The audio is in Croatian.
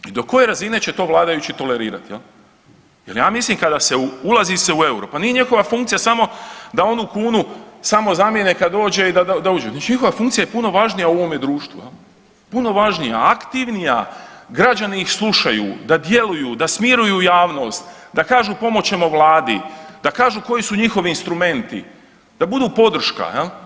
I do koje razine će to vladajući tolerirati jer ja mislim kada se, ulazi se u euro, pa nije njihova funkcija samo da onu kunu samo zamijene kad dođe i da uđu, njihova funkcija je puno važnija u ovome društvu, puno važnija, aktivnija, građani ih slušaju, da djeluju, da smiruju javnost, da kažu pomoći ćemo Vladi, da kažu koji su njihovi instrumenti, da budu podrška.